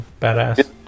badass